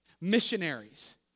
Missionaries